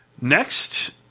Next